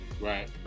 Right